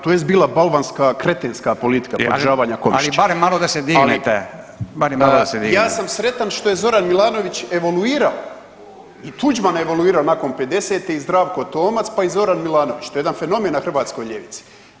To jest bila balvanska, kretenska politika ponižavanja Komšića [[Upadica: Ali barem malo da se dignete.]] ali [[Upadica: Barem malo da se dignete.]] ja sam sretan što je Zoran Milanović evoluirao i Tuđman evoluirao nakon 50 i Zdravko Tomac pa i Zoran Milanović, to je jedan fenomen na hrvatskoj ljevici.